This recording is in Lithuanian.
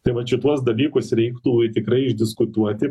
tai vat šituos dalykus reiktų tikrai išdiskutuoti